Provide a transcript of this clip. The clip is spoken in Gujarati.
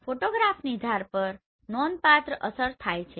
ફોટોગ્રાફની ધાર પર નોંધપાત્ર અસર થાય છે